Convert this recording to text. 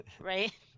Right